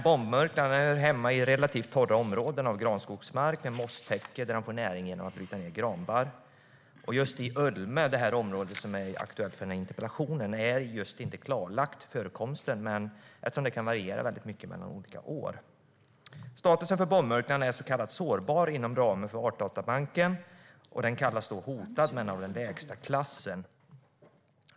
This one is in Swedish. Bombmurklan hör hemma i relativt torra områden av granskogsmark med mosstäcke där de får näring genom att bryta ned granbarr. Just i Ölme, det område som är aktuellt i interpellationen, är förekomsten inte klarlagd, eftersom den varierar mycket mellan olika år. Status för bombmurklan är "sårbar" inom ramen för artdatabanken. Den kallas hotad, men av lägsta klassen.